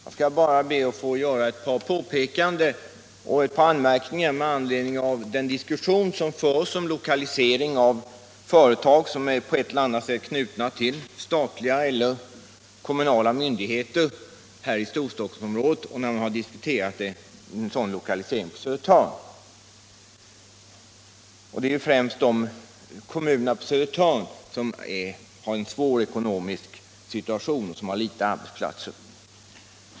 Herr talman! Jag skall bara göra ett par påpekanden med anledning av den diskussion som förs om lokalisering av företag som på ett eller annat sätt är knutna till statliga eller kommunala myndigheter i Storstockholmsområdet. Det är främst kommunerna på Södertörn som har en svår ekonomisk situation på grund av att de har få arbetsplatser.